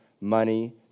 money